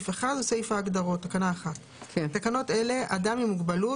הגדרות בתקנות אלה "אדם עם מוגבלות",